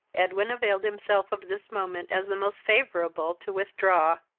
edwin availed himself of this moment as the most favourable to withdraw.